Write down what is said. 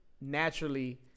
naturally